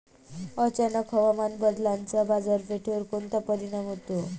अचानक हवामान बदलाचा बाजारपेठेवर कोनचा परिणाम होतो?